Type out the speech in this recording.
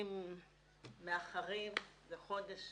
מקרים מאחרים זה חודש